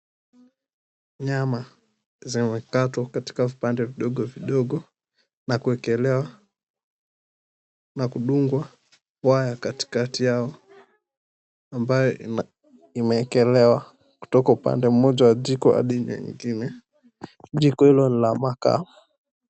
Nyama zimekatwa katika vipande vidogo vidogo na kuekelewa, na kudungwa waya katikati yao, ambayo imeekelewa kutoka upande mmoja wa jiko hadi nyingine. Jiko hilo ni la makaa.